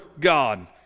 God